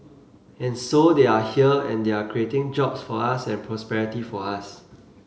and so they are here and they are creating jobs for us and prosperity for us